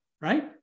right